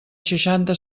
seixanta